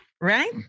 Right